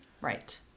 Right